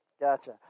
gotcha